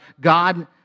God